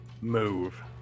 Move